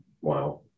Wow